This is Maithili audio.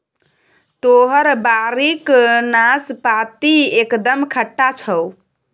तोहर बाड़ीक नाशपाती एकदम खट्टा छौ